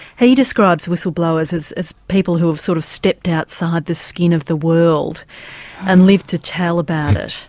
he describes whistleblowers as as people who have sort of stepped outside the skin of the world and lived to tell about it.